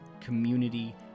community